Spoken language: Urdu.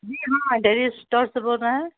جی ہاں ڈیری اسٹور سے بول رہے ہیں